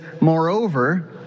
moreover